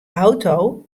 auto